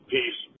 Peace